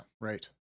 Right